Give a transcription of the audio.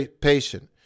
patient